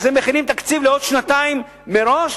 אז הם מכינים תקציב לשנתיים מראש,